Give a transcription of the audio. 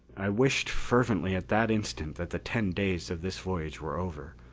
i wished fervently at that instant that the ten days of this voyage were over.